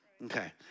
Okay